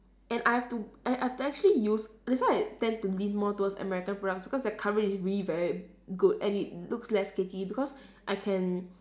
and I have to I have to actually use that's why I tend to lean more towards american products because their coverage is really very good and it looks less cakey because I can